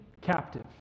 captive